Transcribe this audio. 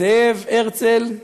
זאב הרצל,